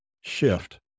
shift